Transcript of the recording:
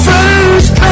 First